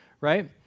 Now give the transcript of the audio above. right